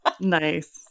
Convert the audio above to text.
Nice